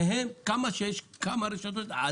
וכמה רשתות שיש,